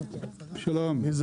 רגע, אבל אתה כבר דיברת ארבע פעמים.